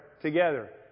together